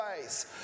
face